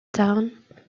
town